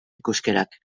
ikuskerak